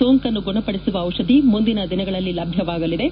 ಸೋಂಕನ್ನು ಗುಣಪಡಿಸುವ ಡಿಷಧಿ ಮುಂದಿನ ದಿನಗಳಲ್ಲಿ ಲಭ್ಯವಾಗಲಿದೆ